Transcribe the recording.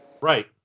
Right